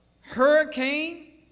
hurricane